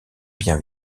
bien